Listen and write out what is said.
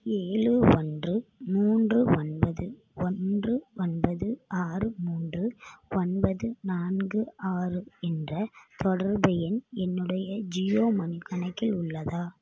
ஏழு ஒன்று மூன்று ஒன்பது ஒன்று ஒன்பது ஆறு மூன்று ஒன்பது நான்கு ஆறு என்ற தொடர்பு எண் என்னுடைய ஜியோ மனி கணக்கில் உள்ளதா